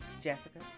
jessica